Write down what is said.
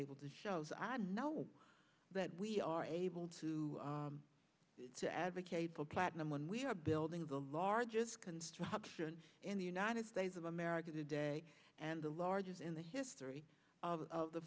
able to show as i know that we are able to advocate platinum when we are building the largest construction in the united states of america today and the largest in the history of the